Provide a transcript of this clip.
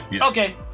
Okay